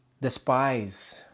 despise